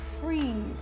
freed